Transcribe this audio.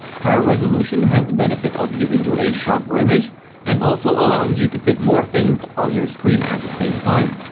higher resolution has the benefits of giving you a sharper image and also allowing you to fit more things on your screen an the same time.